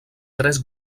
tres